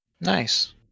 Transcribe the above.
Nice